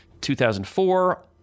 2004